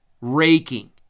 raking